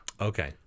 Okay